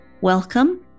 Welcome